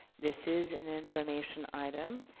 this is an information item.